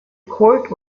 court